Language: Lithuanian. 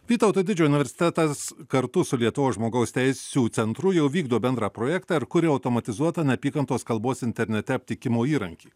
vytauto didžiojo universitetas kartu su lietuvos žmogaus teisių centru jau vykdo bendrą projektą ir kuria automatizuotą neapykantos kalbos internete aptikimo įrankį